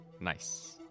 Nice